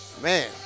Man